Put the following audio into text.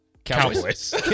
Cowboys